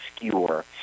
obscure